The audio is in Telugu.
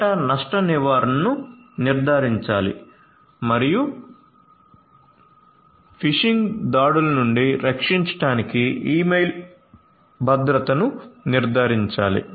డేటా నష్ట నివారణను నిర్ధారించాలి మరియు ఫిషింగ్ దాడుల నుండి రక్షించడానికి ఇమెయిల్ భద్రతను నిర్ధారించాలి